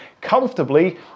comfortably